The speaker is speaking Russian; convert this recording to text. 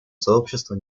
сообщества